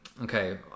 Okay